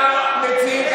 גם יותר ממך.